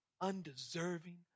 undeserving